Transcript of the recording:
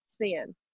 Sin